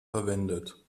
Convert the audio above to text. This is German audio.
verwendet